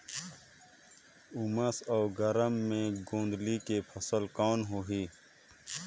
उमस अउ गरम मे गोंदली के फसल कौन होही?